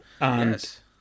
Yes